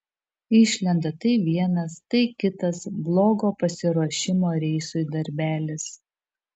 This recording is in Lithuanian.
išlenda tai vienas tai kitas blogo pasiruošimo reisui darbelis